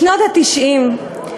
בשנות ה-90,